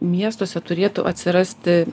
miestuose turėtų atsirasti